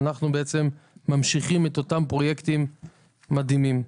ואנחנו ממשיכים את אותם הפרויקטים המדהימים.